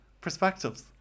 perspectives